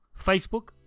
Facebook